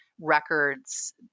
records